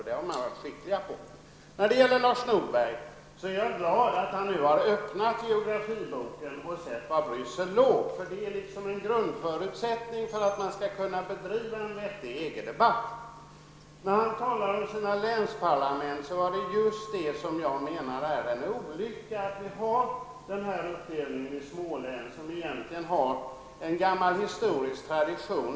Det gläder mig att Lars Norberg nu har öppnat geografiboken och sett efter var Bryssel ligger. Det är liksom en grundförutsättning för att kunna föra en vettig EG-debatt. Lars Norberg talar om sina länsparlament, och det är just sådana jag anser vara en olycka. Uppdelningen i smålän har en gammal historisk tradition.